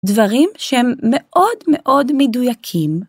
דברים שהם מאוד מאוד מדויקים.